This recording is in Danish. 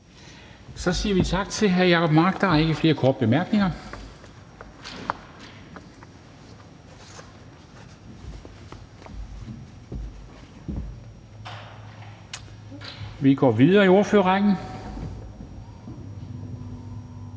Så siger vi tak til hr. Jacob Mark. Der er ikke flere korte bemærkninger. Vi går videre i ordførerrækken